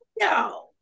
No